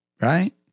Right